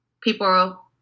people